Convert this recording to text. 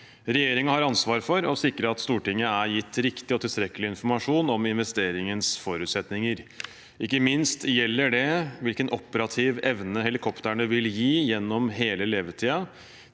Regjeringen har ansvar for å sikre at Stortinget er gitt riktig og tilstrekkelig informasjon om investeringens forutsetninger, ikke minst gjelder det hvilken operativ evne helikoptrene vil gi gjennom hele levetiden,